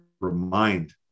remind